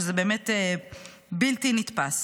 שזה באמת בלתי נתפס.